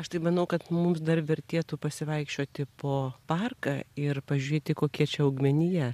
aš tai manau kad mums dar vertėtų pasivaikščioti po parką ir pažiūrėti kokia čia augmenija